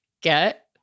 get